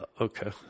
okay